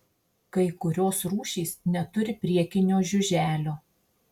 kai kurios rūšys neturi priekinio žiuželio